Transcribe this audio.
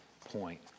point